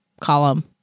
column